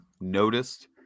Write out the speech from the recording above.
noticed